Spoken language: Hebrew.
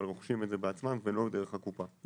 אבל רוכשים את זה בעצמם ולא דרך הקופה.